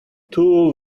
two